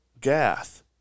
Gath